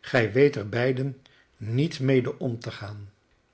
gij weet er beiden niet mede om te gaan